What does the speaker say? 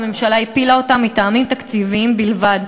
והממשלה הפילה אותה מטעמים תקציביים בלבד.